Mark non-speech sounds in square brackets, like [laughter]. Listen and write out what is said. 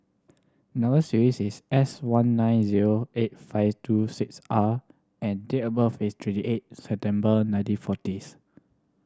number [unintelligible] S one nine zero eight five two six R and date of birth is twenty eight September nineteen forties